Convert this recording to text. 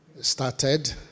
started